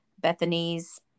Bethany's